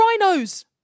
rhinos